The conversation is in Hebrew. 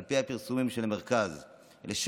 על פי הפרסומים של מרכז אלה,